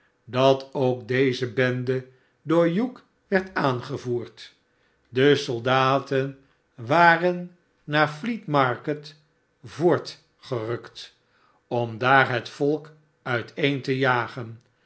dat ook deze bende door hugh werd aangevoerd de soldaten waren naar fleet market voortgerukt om daar het volk uiteen te jagen